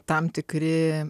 tam tikri